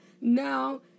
now